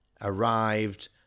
arrived